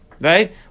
Right